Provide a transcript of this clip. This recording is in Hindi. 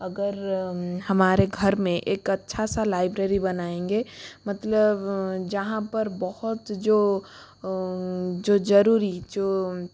अगर हमारे घर में एक अच्छा सा लाइब्रेरी बनाएँगे मतलब जहाँ पर बहुत जो जो ज़रूरी जो